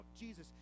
Jesus